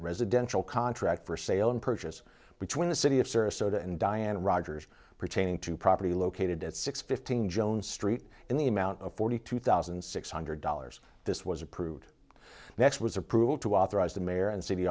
residential contract for sale and purchase between the city of sarasota and diana rogers pertaining to property located at six fifteen jones street in the amount of forty two thousand six hundred dollars this was approved next was approval to authorize the mayor and